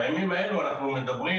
בימים אלה אנחנו מדברים,